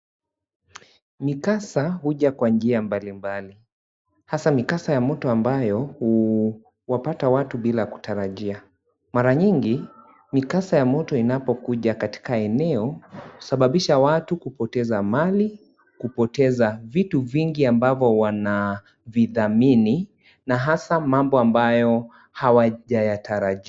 Mikasa huja kwa njia mbalimbali , hasa mikasa ya mtoto ambayo huwapata watu bila kutarajia .Mara nyingi mikasa ya moto inapokuja katika eneo husababisha watu kupoteza mali , kupoteza vitu vingi ambavo wanavidhamini na hasa mambo amabayo hawajayatarajia.